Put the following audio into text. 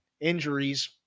injuries